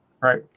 right